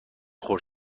خرد